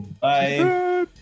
bye